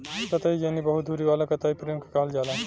कताई जेनी बहु धुरी वाला कताई फ्रेम के कहल जाला